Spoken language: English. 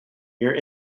near